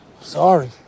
Sorry